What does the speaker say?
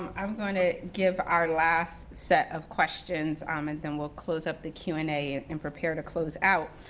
i'm gonna give our last set of questions, um and then we'll close up the q and a and prepare to close out.